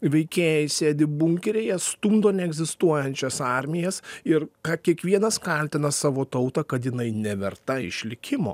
veikėjai sėdi bunkeryje stumdo neegzistuojančias armijas ir ką kiekvienas kaltina savo tautą kad jinai neverta išlikimo